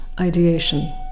ideation